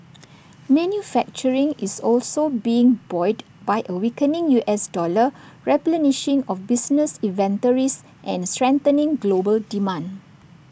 manufacturing is also being buoyed by A weakening U S dollar replenishing of business inventories and strengthening global demand